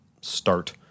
start